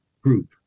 group